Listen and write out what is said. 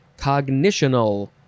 Cognitional